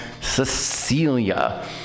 cecilia